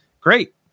Great